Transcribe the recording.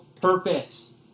purpose